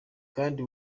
kandi